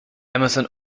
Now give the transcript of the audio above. emerson